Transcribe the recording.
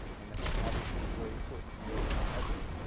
and obviously it's very important to know who hasn't.